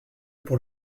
pour